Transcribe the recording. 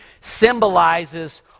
symbolizes